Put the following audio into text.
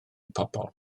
pobl